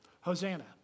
Hosanna